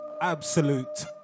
absolute